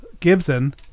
Gibson